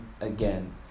again